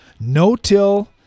No-till